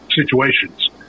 situations